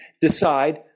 decide